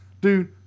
dude